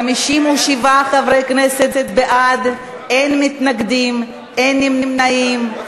57 חברי כנסת בעד, אין מתנגדים, אין נמנעים.